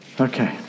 okay